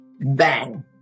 bang